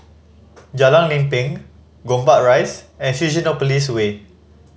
Jalan Lempeng Gombak Rise and Fusionopolis Way